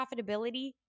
profitability